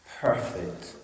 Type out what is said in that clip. perfect